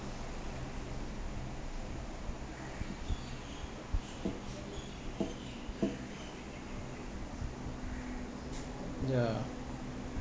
ya